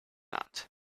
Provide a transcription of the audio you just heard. not